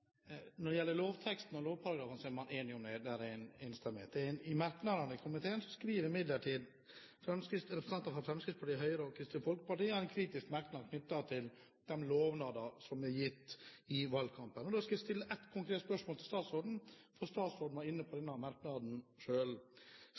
Når det gjelder lovteksten og lovparagrafene, så er vi enige om det. Det er enstemmig. Representantene fra Fremskrittspartiet, Høyre og Kristelig Folkeparti har imidlertid en kritisk merknad i innstillingen knyttet til de lovnadene som ble gitt i valgkampen. Da skal jeg stille et konkret spørsmål til statsråden, for statsråden var inne på denne merknaden selv. Statsministeren lovet under valgkampen i 2005 at man skulle skaffe den